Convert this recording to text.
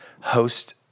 host-